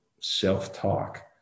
self-talk